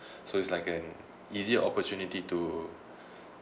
so it's like an easier opportunity to